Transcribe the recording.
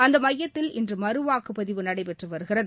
அந்த எமயத்தில் இன்று மறுவாக்குப்பதவு நடைபெற்று வருகிறது